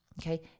Okay